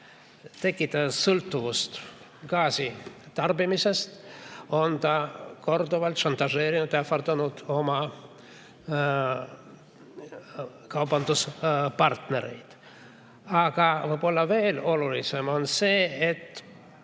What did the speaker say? Tekitades sõltuvuse gaasitarbimisest, on ta korduvalt šantažeerinud, ähvardanud oma kaubanduspartnereid. Aga võib-olla veel olulisem on see, et